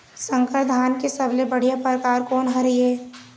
संकर धान के सबले बढ़िया परकार कोन हर ये?